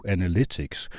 Analytics